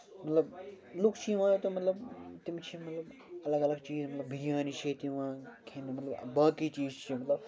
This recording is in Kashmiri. مطلب لُکھ چھِ یِوان تہٕ مطلب تِم چھِ مطلب اَلگ اَلگ چیٖز مطلب بِریانی چھِ ییٚتہِ یِوان کھیٚنہِ باقٕے چیٖز چھِ مطلب